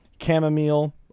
chamomile